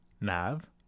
Nav